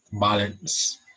balance